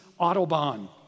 Autobahn